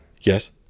Yes